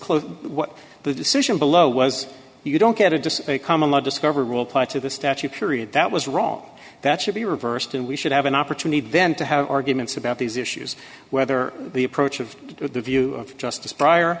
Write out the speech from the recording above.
close what the decision below was you don't get a just a common law discovered rule applied to the statute period that was wrong that should be reversed and we should have an opportunity then to have arguments about these issues whether the approach of the view of justice pri